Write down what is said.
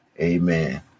Amen